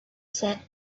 sad